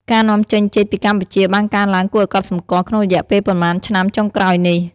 ការនាំចេញចេកពីកម្ពុជាបានកើនឡើងគួរឱ្យកត់សម្គាល់ក្នុងរយៈពេលប៉ុន្មានឆ្នាំចុងក្រោយនេះ។